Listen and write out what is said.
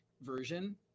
version